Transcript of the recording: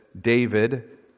David